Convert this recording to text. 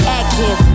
active